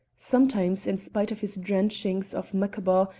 sometimes, in spite of his drenchings of macabaw,